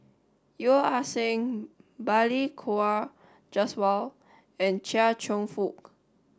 Yeo Ah Seng Balli Kaur Jaswal and Chia Cheong Fook